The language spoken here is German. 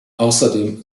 außerdem